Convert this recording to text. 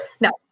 no